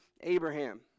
Abraham